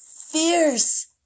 fierce